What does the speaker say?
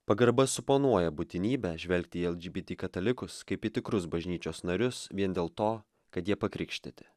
pagarba suponuoja būtinybę žvelgti į lgbt katalikus kaip į tikrus bažnyčios narius vien dėl to kad jie pakrikštyti